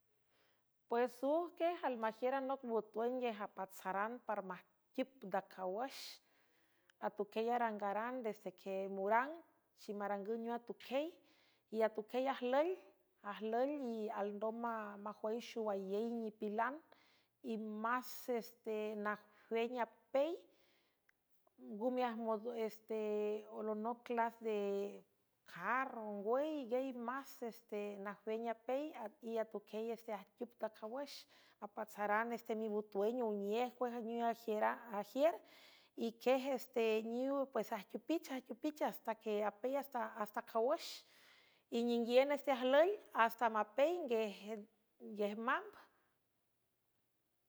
Pues uj que almagiür a not botuenguej apatsaran paramajqiüp dacawüx atuquiey arangaran desde que murang chimarangüw neuw atuquey y atuquiey ajlül y alndom mmajwaixoalel nipilan y más este najuen apel ngumieste olonoclas de carrongway iguey más este najwen apey y atuquiey este ajquiüp dacawüx apatsaran este mibutueño uniéj uejanuw air agiür y quiej esteniw pues ajquiupich ajquiupich astaque apel hasta cawüx y ninguiün este ajlül hasta mapey nnguiej mamb.